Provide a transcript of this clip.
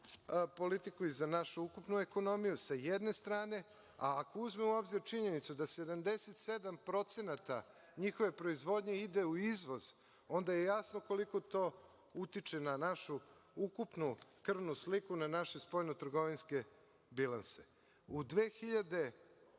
politiku i za našu ukupnu ekonomiju, sa jedne strane. Ako uzmemo u obzir činjenicu da 77% njihove proizvodnje ide u izvoz, onda je jasno koliko to utiče na našu ukupnu krvnu sliku, na naše spoljnotrgovinske bilanse.U 2015.